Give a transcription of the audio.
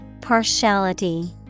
Partiality